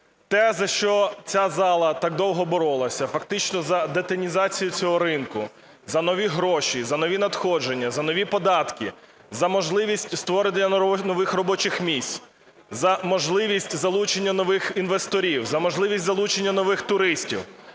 Теза, що ця зала так довго боролася фактично за детінізацію цього ринку, за нові гроші, за нові надходження, за нові податки, за можливість створення нових робочих місць, за можливість залучення нових інвесторів, за можливість залучення нових туристів